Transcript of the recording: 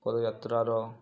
ପଦଯାତ୍ରାର